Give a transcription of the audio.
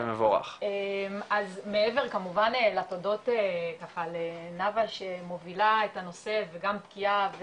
אז מעבר כמובן לתודות ככה לנאוה שמובילה את הנושא וגם בקיאה,